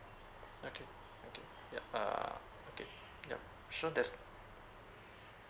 okay okay yup err okay yup sure that's